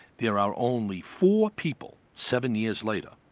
there are only four people, seven years later,